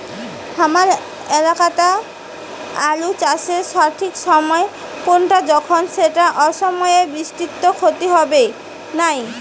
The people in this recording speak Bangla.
হামার এলাকাত আলু চাষের সঠিক সময় কুনটা যখন এইটা অসময়ের বৃষ্টিত ক্ষতি হবে নাই?